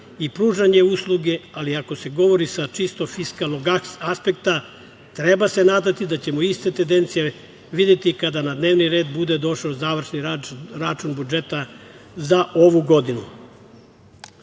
i pružanje usluge, ali ako se govori sa čisto fiskalnog aspekta treba se nadati da ćemo iste tendencije videti kada na dnevni red bude došao završni račun budžeta za ovu godinu. Dva